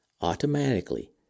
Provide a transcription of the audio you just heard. automatically